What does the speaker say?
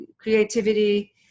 creativity